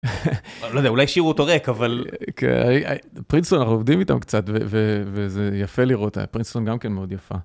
לא יודע, אולי השאירו אותו ריק, אבל... כן פרינסטון, אנחנו עובדים איתם קצת, וזה יפה לראות, פרינסטון גם כן מאוד יפה.